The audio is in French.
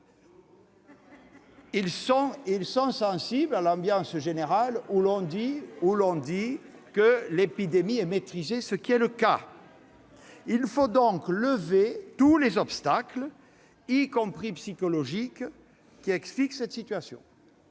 sont sensibles à l'ambiance générale- on affirme que l'épidémie est maîtrisée, ce qui est le cas. Il faut donc lever tous les obstacles, y compris psychologiques, qui expliquent cette situation.